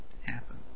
happen